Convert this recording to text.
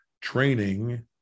training